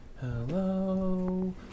Hello